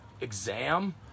exam